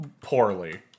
poorly